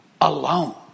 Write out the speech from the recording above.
alone